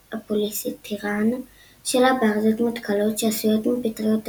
הפוליסטירן שלה באריזות מתכלות שעשויות מפטריות תפטיר,